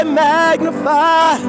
magnify